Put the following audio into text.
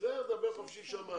הישיבה